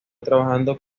trabajando